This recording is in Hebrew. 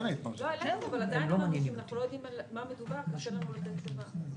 אבל עדיין אנחנו לא יודעים על מה מדובר ולכן אין לנו על זה תשובה.